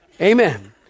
amen